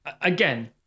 again